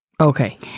Okay